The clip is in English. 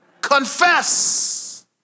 Confess